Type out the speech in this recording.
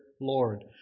Lord